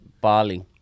Bali